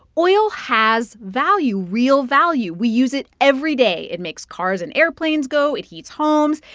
oil has value real value. we use it every day. it makes cars and airplanes go. it heats homes.